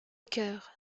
cœur